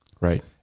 Right